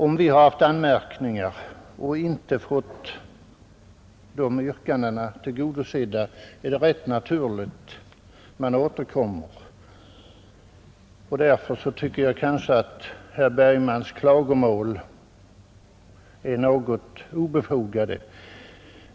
Om vi har haft anmärkningar och inte fått yrkandena tillgodosedda är det rätt naturligt att vi återkommer. Därför tycker jag kanske att herr Bergmans klagomål är något obefogade.